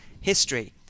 history